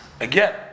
again